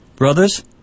Brothers